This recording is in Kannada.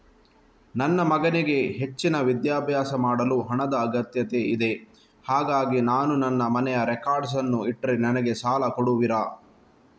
ನನ್ನ ಮಗನಿಗೆ ಹೆಚ್ಚಿನ ವಿದ್ಯಾಭ್ಯಾಸ ಮಾಡಲು ಹಣದ ಅಗತ್ಯ ಇದೆ ಹಾಗಾಗಿ ನಾನು ನನ್ನ ಮನೆಯ ರೆಕಾರ್ಡ್ಸ್ ಅನ್ನು ಇಟ್ರೆ ನನಗೆ ಸಾಲ ಕೊಡುವಿರಾ?